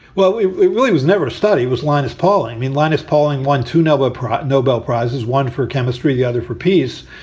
well, it really was. never study was linus pauling. i mean, linus pauling won two nobel prize nobel prizes, one for chemistry, the other for peace.